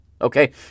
okay